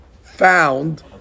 found